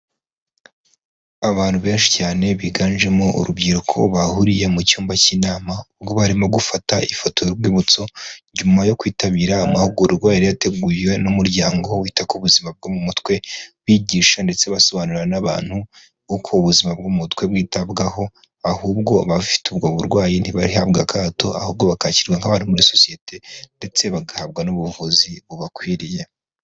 Abantu benshi cyane biganjemo urubyiruko, bahuriye mu cyumba cy'inama, ubwo barimo gufata ifoto y'urwibutso. Nyuma yo kwitabira amahugurwa yari yateguwe n'umuryango wita ku buzima bwo mu mutwe, bigisha ndetse basobanurira n'abantu uko ubuzima bwo mu mutwe bwitabwaho, ahubwo abafite ubwo burwayi ntibahabwe akato ahubwo bakakirwa nk'abandi muri sosiyete ndetse bagahabwa n'ubuvuzi bubakwiriye.